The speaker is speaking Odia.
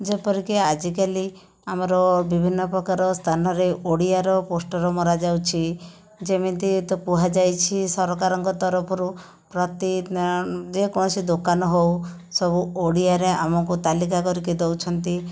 ଯେପରିକି ଆଜି କାଲି ଆମର ବିଭିନ୍ନ ପ୍ରକାର ସ୍ଥାନରେ ଓଡ଼ିଆର ପୋଷ୍ଟର ମରାଯାଉଛି ଯେମିତି ତ କୁହାଯାଇଛି ସରକାରଙ୍କ ତରଫରୁ ପ୍ରତି ଯେ କୋଣସି ଦୋକାନ ହେଉ ସବୁ ଓଡ଼ିଆରେ ଆମକୁ ତାଲିକା କରିକି ଦେଉଛନ୍ତି